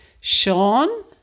Sean